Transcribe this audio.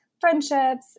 friendships